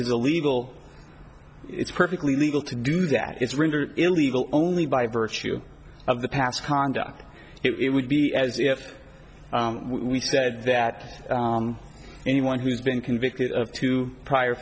illegal it's perfectly legal to do that it's rinder illegal only by virtue of the past conduct it would be as if we said that anyone who's been convicted of two prior